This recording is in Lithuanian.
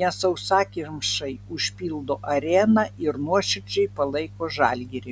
nes sausakimšai užpildo areną ir nuoširdžiai palaiko žalgirį